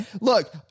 Look